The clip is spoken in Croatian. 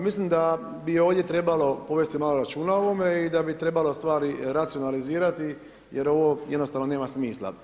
Mislim da bi ovdje trebalo povesti malo računa o ovome i da bi trebalo malo stvari racionalizirati, jer ovo jednostavno nema smisla.